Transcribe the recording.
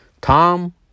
Tom